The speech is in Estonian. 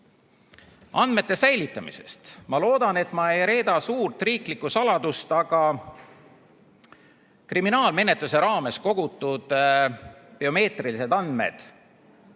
Andmete säilitamisest. Ma loodan, et ma ei reeda suurt riiklikku saladust, aga kriminaalmenetluse raames kogutud biomeetriliste andmete